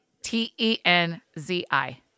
T-E-N-Z-I